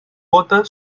gota